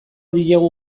diegu